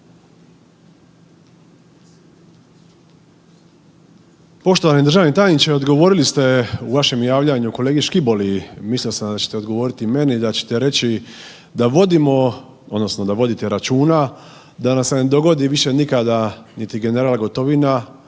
Poštovani državni tajniče, odgovorili ste u vašem javljanju kolegi Škiboli, mislio sam da ćete i odgovoriti i meni da ćete reći da vodimo odnosno da vodite računa da nam se ne dogodi više nikada niti general Gotovina